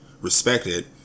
respected